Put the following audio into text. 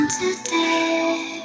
today